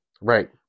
Right